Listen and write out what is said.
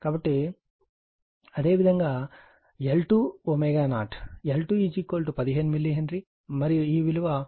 కాబట్టి అదేవిధంగా L2ω0 L2 15 milli henry మరియు ఈ విలువ 15 10 3 మరియు ω0